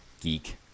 geek